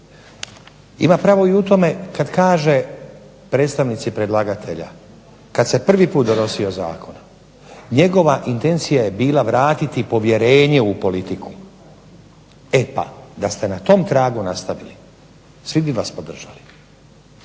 Ima pravo i u tome kad kaže predstavnici predlagatelja kad se prvi put donosio zakon njegova intencija je bila vratiti povjerenje u politiku. E pa, da ste na tom tragu nastavili svi bi vas podržali,